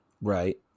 right